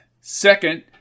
Second